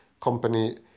company